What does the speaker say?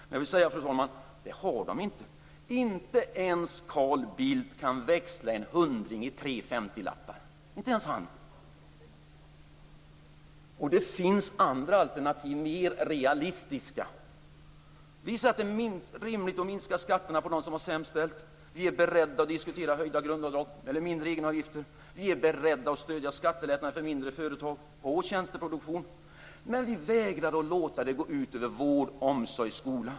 Men det har de inte, fru talman. Inte ens Carl Bildt kan växla en hundring i tre femtilappar. Det finns andra och mer realistiska alternativ. Vi säger att det är rimligt att minska skatterna för dem som har det sämst ställt. Vi är beredda att diskutera höjda grundavdrag eller lägre egenavgifter. Vi är beredda att stödja skattelättnader för mindre förtag och på tjänsteproduktion, men vi vägrar att låta det gå ut över vård, omsorg och skola.